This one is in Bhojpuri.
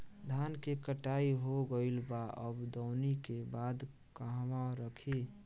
धान के कटाई हो गइल बा अब दवनि के बाद कहवा रखी?